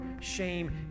shame